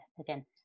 again